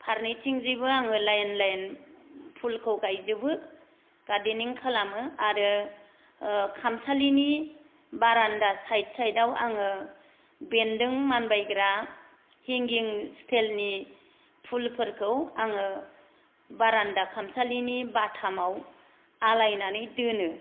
फारनैथिंजायबो आङो line line फुलखौ गायजोबो गारदेनिं खालामो आरो खामसालिनि बारानदा साइड साइडाव आङो बेनदों मानबायग्रा हेंगिं स्तेलनि फुलफोरखौ आङो बारान्दा खामसालिनि बाथामाव आलायनानै दोनो